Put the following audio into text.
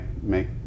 make